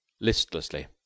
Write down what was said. listlessly